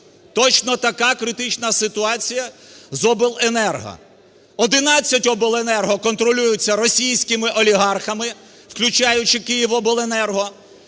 точно така критична ситуація з обленерго. Одинадцять обленерго контролюються російськими олігархами, включаючи "Київобленерго".